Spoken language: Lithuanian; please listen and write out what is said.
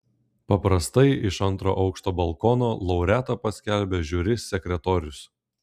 paprastai iš antro aukšto balkono laureatą paskelbia žiuri sekretorius